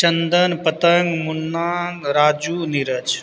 Chandan Patan Munna Raju Neeraj